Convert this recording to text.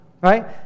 Right